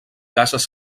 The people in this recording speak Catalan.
cases